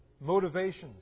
motivations